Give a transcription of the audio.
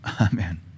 Amen